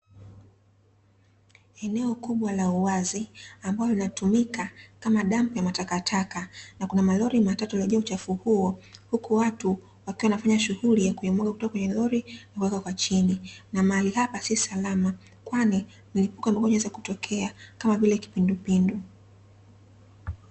Eneo kubwa la uwazi ambalo linatumika kama dampo la matakataka, na kuna malori matatu yaliojaa uchafu huo, huku watu wakiwa wanafanya shughuli ya kuyamwaga kutoka kwenye lori na kuweka kwa chini. Na mahali hapa si salama, kwani mlipuko wa magonjwa unaweza kutokea kama vile kipindupindu.